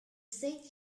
sage